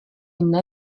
une